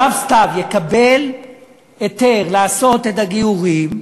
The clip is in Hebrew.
אם הרב סתיו יקבל היתר לעשות את הגיורים,